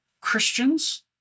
Christians